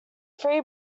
three